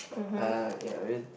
uh ya